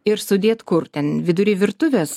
ir sudėt kur ten vidury virtuvės